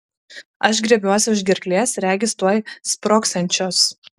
aš griebiuosi už gerklės regis tuoj sprogsiančios